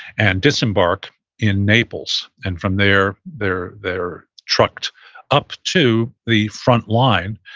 and disembark in naples. and from there, they're they're trucked up to the front line,